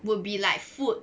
would be like food